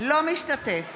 משתתף